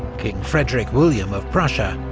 king frederick william of prussia,